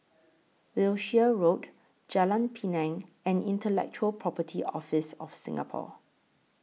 Wiltshire Road Jalan Pinang and Intellectual Property Office of Singapore